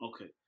Okay